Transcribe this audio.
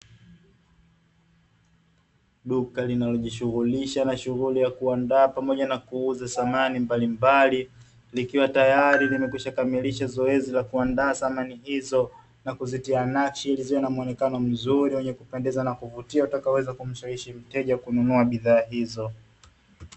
Duka linalojishughulisha na shughuli ya kuandaa pamoja na kuuza samani mbalimbali, likiwa tayari limekwisha kamilisha zoezi la kuandaa samani hizo, na kuzitia nakshi, ili ziwe na muonekano mzuri wenye kupendeza na kuvutia, utakaoweza kumshawishi mteja kununua bidhaa hizo.